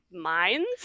minds